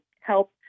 help